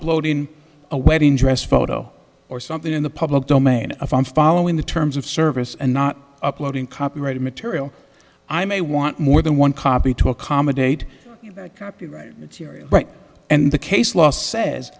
uploading a wedding dress photo or something in the public domain of i'm following the terms of service and not uploading copyrighted material i may want more than one copy to accommodate copyrighted material and the case law says